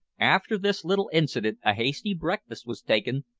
after this little incident a hasty breakfast was taken,